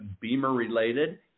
Beamer-related